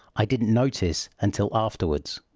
i didn't notice until afterwards.